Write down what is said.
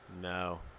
No